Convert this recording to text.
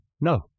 no